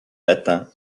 latin